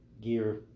Gear